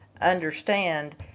understand